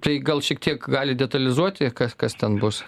tai gal šiek tiek galit detalizuoti kas kas ten bus